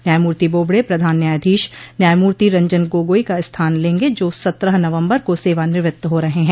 न्यायमूर्ति बोबड़े प्रधान न्यायाधीश न्यायमूर्ति रंजन गोगोई का स्थान लेंगे जो सत्रह नवम्बर को सेवानिवृत्त हो रहे हैं